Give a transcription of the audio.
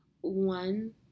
one